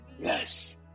Yes